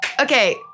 okay